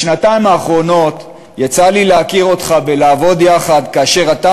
בשנתיים האחרונות יצא לי להכיר אותך ולעבוד יחד אתך כאשר אתה